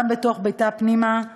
גם בתוך ביתה פנימה,